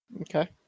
Okay